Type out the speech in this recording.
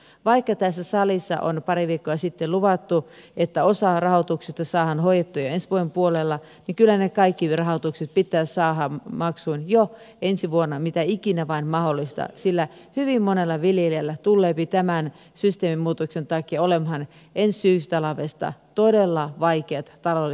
vaikka tässä salissa on pari viikkoa sitten luvattu että osa rahoituksista saadaan hoidettua jo ensi vuoden puolella niin kyllä ne kaikki rahoitukset pitäisi saada maksuun jo ensi vuonna mitä ikinä vain mahdollista sillä hyvin monella viljelijällä tulleepi tämän systeemimuutoksen takia olemaan ensi syystalvesta todella vaikeat taloudelliset tilanteet